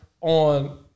on